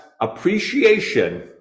appreciation